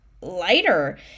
lighter